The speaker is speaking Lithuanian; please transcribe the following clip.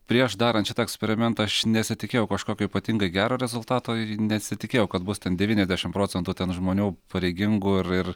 prieš darant šitą eksperimentą aš nesitikėjau kažkokio ypatingai gero rezultato i nesitikėjau kad bus ten devyniasdešim procentų ten žmonių pareigingų ir ir